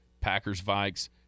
Packers-Vikes